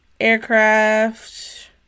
Aircraft